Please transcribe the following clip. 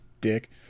Dick